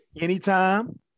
Anytime